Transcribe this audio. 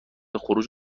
خروج